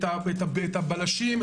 את הבלשים,